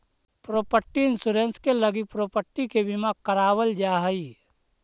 property insurance के लगी property के बीमा करावल जा हई